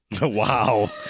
Wow